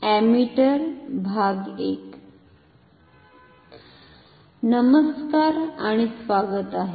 ammeter I नमस्कार आणि स्वागत आहे